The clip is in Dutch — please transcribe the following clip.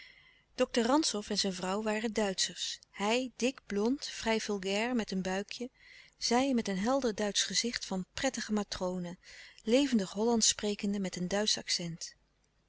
dokter rantzow en zijn vrouw waren duitschers hij dik blond vrij vulgair met een buikje zij met een helder duitsch gezicht van prettige matrone levendig hollandsch sprekende met een duitsch accent